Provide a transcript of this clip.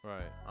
Right